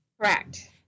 Correct